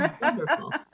wonderful